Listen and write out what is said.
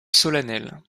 solennelle